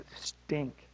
stink